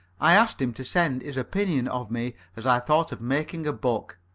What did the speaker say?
i asked him to send his opinion of me as i thought of making a book.